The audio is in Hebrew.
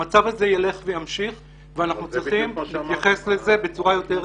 המצב הזה ימשיך ואנחנו צריכים להתייחס לזה בצורה יותר רצינית.